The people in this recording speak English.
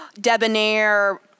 debonair